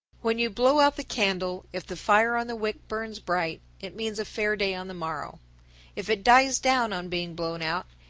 when you blow out the candle, if the fire on the wick burns bright, it means a fair day on the morrow if it dies down on being blown out,